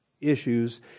issues